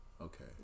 Okay